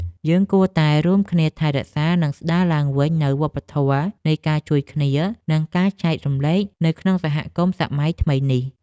យើងគួរតែរួមគ្នាថែរក្សា និងស្ដារឡើងវិញនូវវប្បធម៌នៃការជួយគ្នា និងការចែករំលែកនៅក្នុងសង្គមសម័យថ្មីនេះ។